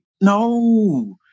no